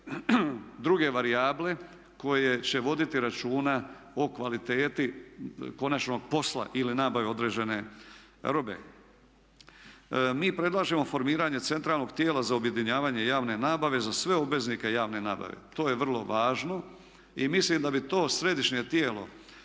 druge varijable koje će voditi računa o kvaliteti konačnog posla ili nabave određene robe. Mi predlažemo formiranje centralnog tijela za objedinjavanje javne nabave za sve obveznike javne nabave. To je vrlo važno i mislim da bi to središnje tijelo